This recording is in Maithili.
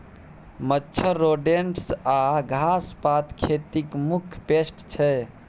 मच्छर, रोडेन्ट्स आ घास पात खेतीक मुख्य पेस्ट छै